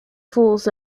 falls